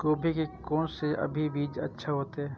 गोभी के कोन से अभी बीज अच्छा होते?